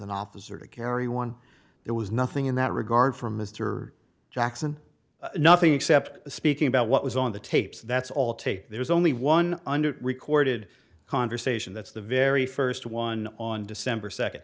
an officer to carry one there was nothing in that regard for mr jackson nothing except speaking about what was on the tapes that's all tape there's only one under recorded conversation that's the very first one on december second